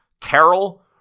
Carol